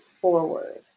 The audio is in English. forward